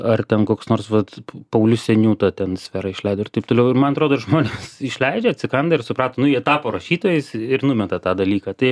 ar ten koks nors vat paulius senūta ten sferą išleido ir taip toliau ir man atrodo ir žmonės išleidžia atsikanda ir suprato nu jie tapo rašytojais ir numeta tą dalyką tai